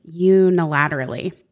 unilaterally